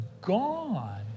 gone